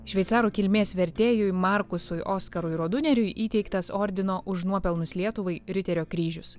šveicarų kilmės vertėjui markusui oskarui roduneriui įteiktas ordino už nuopelnus lietuvai riterio kryžius